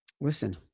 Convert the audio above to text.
Listen